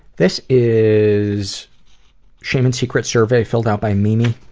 this is shame and secrets survey, filled out by mimi.